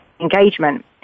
engagement